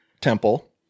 Temple